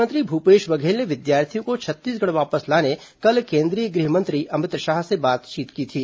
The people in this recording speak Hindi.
मुख्यमंत्री भूपेश बघेल ने विद्यार्थियों को छत्तीसगढ़ वापस लाने कल केंद्रीय गृह मंत्री अमित शाह से बातचीत की थी